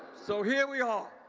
so here we are.